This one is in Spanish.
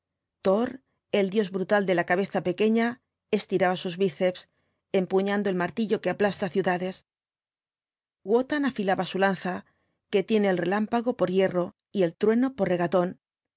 el dios brutal de la cabeza pequeña estiraba sus biceps empuñando el martillo que aplasta ciudades wotan afilaba su lanza que tiene el relámpago por hierro y el trueno por regatón